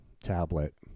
tablet